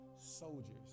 soldiers